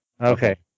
okay